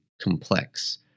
complex